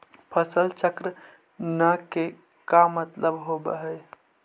फसल चक्र न के का मतलब होब है?